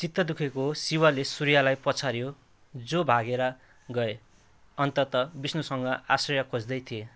चित्त दुःखेको शिवले सूर्यलाई पछाऱ्यो जो भागेर गए अन्ततः विष्णुसँग आश्रय खोज्दै थिए